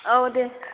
औ दे